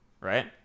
right